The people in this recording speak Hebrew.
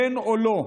כן או לא.